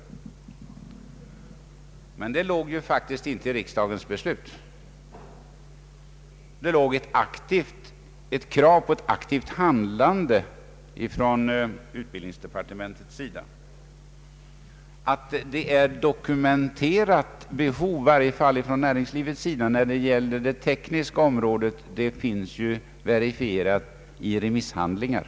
Men ett sådant ställningstagande låg faktiskt inte i riksdagens beslut, utan tvärtom ett krav på ett aktivt handlande från utbildningsdepartementets sida. Att det finns ett dokumenterat behov, i varje fall från näringslivets sida, av utbildad arbetskraft på det tekniska området är verifierat i remisshandlingar.